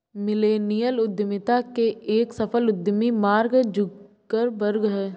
millennial उद्यमिता के एक सफल उद्यमी मार्क जुकरबर्ग हैं